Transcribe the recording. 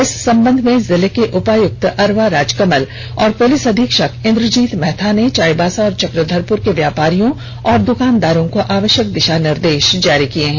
इस संबंध में जिले के उपायुक्त अरवा राज कमल और पुलिस अधीक्षक इन्द्रजीत महथा ने चाईबासा और चकधरपुर के व्यापारियों और दुकानदारों को आवष्यक दिषा निर्देष जारी किये हैं